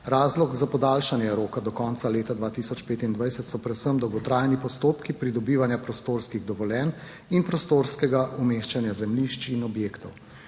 Razlog za podaljšanje roka do konca leta 2025 so predvsem dolgotrajni postopki pridobivanja prostorskih dovoljenj in prostorskega umeščanja zemljišč in objektov.